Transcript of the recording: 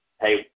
hey